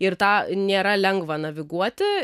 ir tą nėra lengva naviguoti